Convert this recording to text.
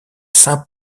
saint